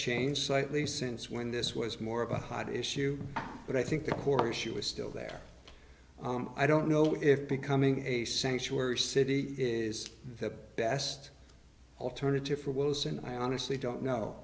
changed slightly since when this was more of a hot issue but i think the core issue is still there i don't know if becoming a sanctuary city is the best alternative for wilson i honestly don't know